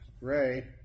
Ray